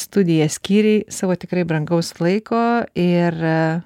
studiją skyrei savo tikrai brangaus laiko ir